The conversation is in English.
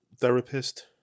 therapist